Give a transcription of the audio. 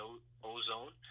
O-zone